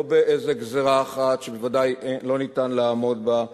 לא באיזה גזירה אחת שבוודאי לא ניתן לעמוד בה.